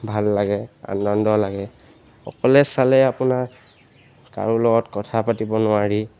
ভাল লাগে আনন্দ লাগে অকলে চালে আপোনাৰ কাৰো লগত কথা পাতিব নোৱাৰি